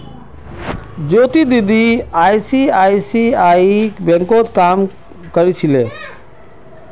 ज्योति दीदी आई.सी.आई.सी.आई बैंकत काम कर छिले